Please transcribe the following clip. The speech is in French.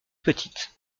petites